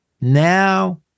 Now